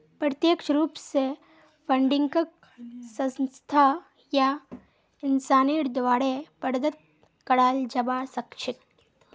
प्रत्यक्ष रूप स फंडिंगक संस्था या इंसानेर द्वारे प्रदत्त कराल जबा सख छेक